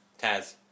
Taz